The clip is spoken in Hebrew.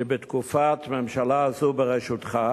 שבתקופת הממשלה הזו בראשותך